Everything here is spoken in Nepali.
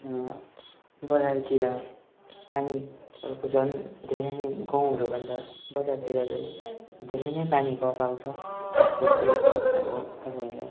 बजारतिर पानीहरूको झन् धेरै नै गाउँहरू भन्दा बजारतिर झन् धेरै नै पानीको अभाव छ जस्तै अब तपाईँहरूलाई